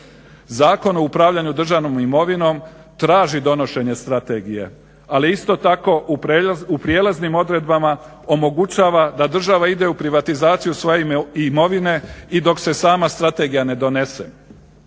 Zakon o upravljanju državnom imovinom traži donošenje strategije, ali isto tako u prijelaznim odredbama omogućava da država ide u privatizaciju svoje imovine i dok se sama strategija ne donese.